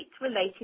related